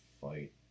fight